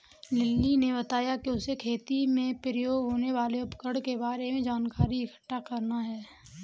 lily ने बताया कि उसे खेती में प्रयोग होने वाले उपकरण के बारे में जानकारी इकट्ठा करना है